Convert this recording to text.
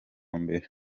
mbere